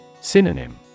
Synonym